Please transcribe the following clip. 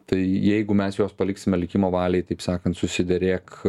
tai jeigu mes juos paliksime likimo valiai taip sakant susiderėk